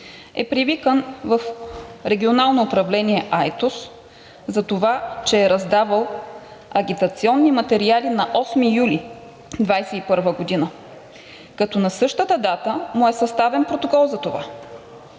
е привикан в Регионално управление – Айтос, за това, че е раздавал агитационни материали на 8 юли 2021 г., като на същата дата му е съставен протокол за това.